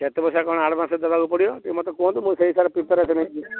କେତେ ପଇସା କ'ଣ ଆଡ଼ଭାନ୍ସ ଦେବାକୁ ପଡ଼ିବ ଟିକିଏ ମୋତେ କୁହନ୍ତୁ ମୁଁ ସେଇ ହିସାବରେ ପ୍ରିପ୍ୟାରେସନ୍ ହେବି